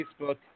Facebook